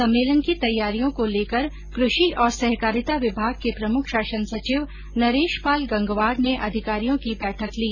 सम्मेलन की तैयारियों को लेकर कृषि और सहकारिता विभाग के प्रमुख शासन सचिव नरेश पाल गंगवार ने अधिकारियों की बैठक ली